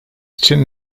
için